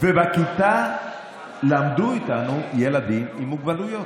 ובכיתה למדו איתנו ילדים עם מוגבלויות.